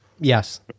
Yes